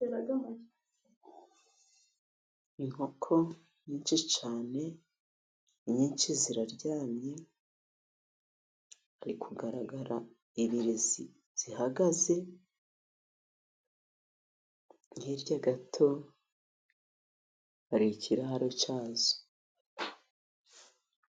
Inkoko nyinshi cyane, inyinshi ziraryamye biri kugaragara ibiri zihagaze, hirya gato hari ikirara cyazo.